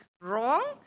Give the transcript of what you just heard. wrong